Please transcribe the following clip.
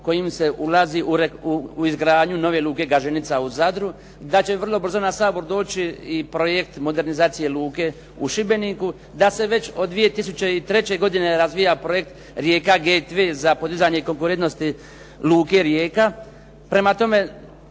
kojim se ulazi u izgradnju nove luke Gaženica u Zadru, da će vrlo brzo na Sabor doći projekt modernizacije luke u Šibeniku, da se već od 2003. godine razvija projekt Rijeka …/Govornik se ne razumije./… za podizanje konkurentnosti luke Rijeka.